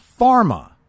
Pharma